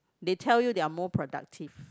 they tell you they are more productive